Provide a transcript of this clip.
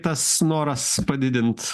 tas noras padidinti